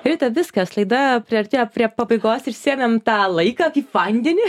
rita viskas laida priartėjo prie pabaigos išsėmėm tą laiką kaip vandenį